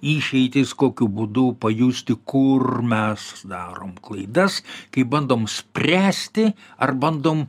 išeitis kokiu būdu pajusti kur mes darom klaidas kai bandom spręsti ar bandom